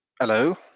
hello